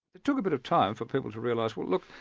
it took a bit of time for people to realise well look,